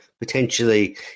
potentially